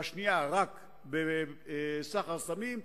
והשנייה רק בסחר סמים,